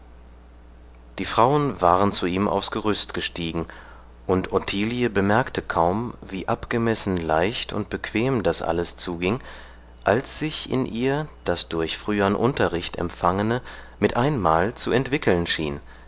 die frauen waren zu ihm aufs gerüst gestiegen und ottilie bemerkte kaum wie abgemessen leicht und bequem das alles zuging als sich in ihr das durch frühern unterricht empfangene mit einmal zu entwickeln schien